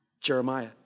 Jeremiah